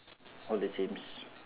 all the the sames